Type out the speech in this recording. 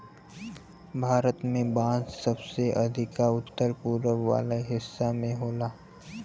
भारत में बांस सबसे अधिका उत्तर पूरब वाला हिस्सा में होला